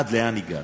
עד לאן הגעתם.